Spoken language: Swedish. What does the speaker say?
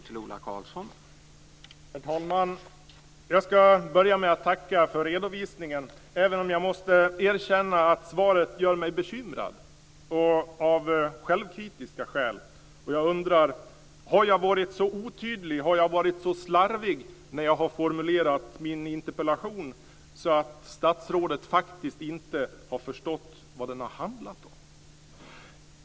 Herr talman! Jag börjar med att tacka för redovisningen. Jag måste dock erkänna att svaret gör mig bekymrad; detta utifrån självkritik. Jag undrar därför: Har jag varit så otydlig, så slarvig, när jag formulerat min interpellation att ministern faktiskt inte förstått vad den handlar om?